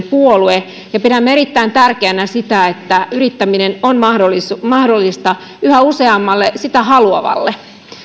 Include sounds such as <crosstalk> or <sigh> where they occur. <unintelligible> puolue ja pidämme erittäin tärkeänä sitä että yrittäminen on mahdollista yhä useammalle sitä haluavalle